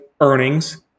earnings